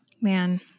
Man